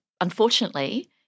unfortunately